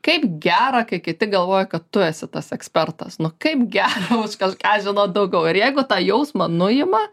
kaip gera kai kiti galvoja kad tu esi tas ekspertas nu kaip gera už kažką žinot daugiau ir jeigu tą jausmą nuima